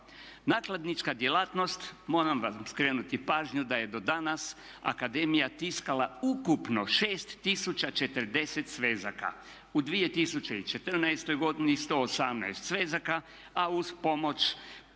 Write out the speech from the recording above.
Nakladnička djelatnost moram vam skrenuti pažnju da je do danas akademija tiskala ukupno 6 040 svezaka. U 2014. godini 118 svezaka, a uz pomoć